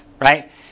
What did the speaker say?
right